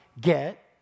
get